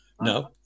No